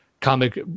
Comic